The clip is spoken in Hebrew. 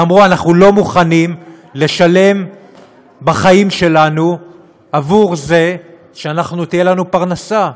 ואמרו: אנחנו לא מוכנים לשלם בחיים שלנו עבור זה שתהיה לנו פרנסה.